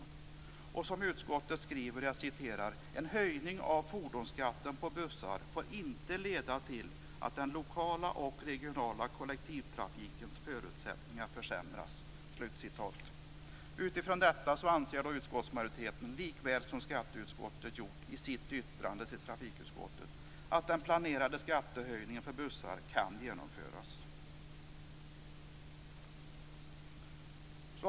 Det är som utskottet skriver: "en höjning av fordonsskatten på bussar får inte leda till att den lokala och regionala kollektivtrafikens förutsättningar försämras." Utifrån detta anser utskottsmajoriteten, likväl som skatteutskottet gjorde i sitt yttrande till trafikutskottet, att den planerade skattehöjningen för bussar kan genomföras.